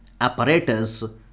apparatus